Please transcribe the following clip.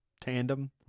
tandem